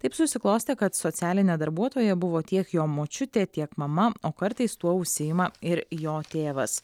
taip susiklostė kad socialinė darbuotoja buvo tiek jo močiutė tiek mama o kartais tuo užsiima ir jo tėvas